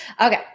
Okay